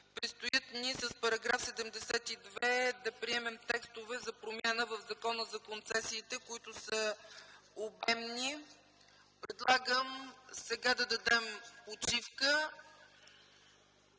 предстои ни с приемането на § 72 да приемем текстове за промяна в Закона за концесиите, които са обемни. Предлагам сега да дадем почивка,